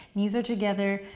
knees are together,